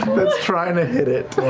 that's trying to hit it.